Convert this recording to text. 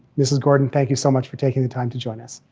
mrs. gordon, thank you so much for taking the time to join us.